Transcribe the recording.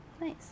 nice